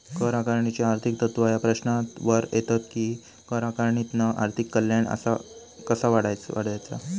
कर आकारणीची आर्थिक तत्त्वा ह्या प्रश्नावर येतत कि कर आकारणीतना आर्थिक कल्याण कसा वाढवायचा?